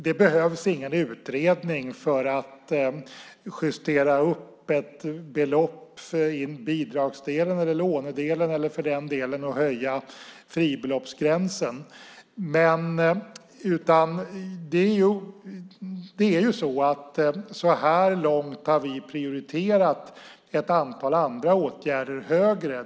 Det behövs ingen utredning för att justera upp bidragsdelen eller lånedelen eller att för den delen höja fribeloppsgränsen. Så här långt har vi prioriterat ett antal andra åtgärder högre.